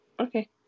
Okay